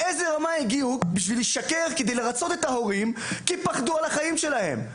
לאיזו רמה הגיעו כדי לשקר ולרצות את ההורים כי פחדו על החיים שלהן.